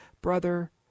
brother